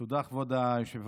תודה, כבוד היושב-ראש.